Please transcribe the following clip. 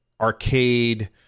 arcade